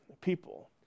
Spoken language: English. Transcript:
people